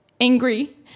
angry